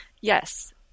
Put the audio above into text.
Yes